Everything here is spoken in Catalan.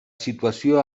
situació